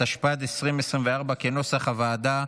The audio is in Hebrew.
התשפ"ד 2024, כנוסח הוועדה.